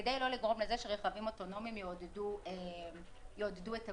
כדי לא לגרום לזה שרכבים אוטונומיים יעודדו את הגודש.